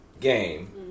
game